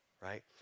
right